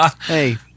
Hey